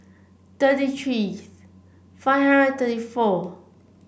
thirty three five hundred thirty four